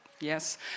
yes